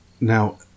Now